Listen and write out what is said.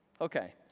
Okay